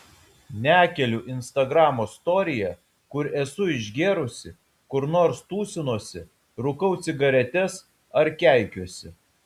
nekeliu instagramo storyje kur esu išgėrusi kur nors tūsinuosi rūkau cigaretes ar keikiuosi